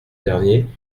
dernier